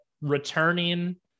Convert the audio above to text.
returning